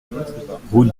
route